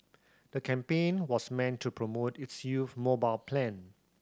the campaign was meant to promote its youth mobile plan